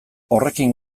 horrekin